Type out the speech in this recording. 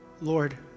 Lord